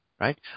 right